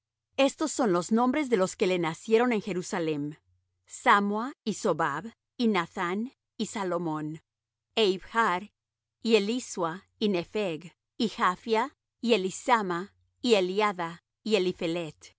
estos son los nombres de los que le nacieron en jerusalem sammua y sobab y nathán y salomón e ibhar y elisua y nepheg y japhia y elisama y eliada y